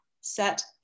set